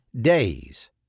days